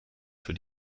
für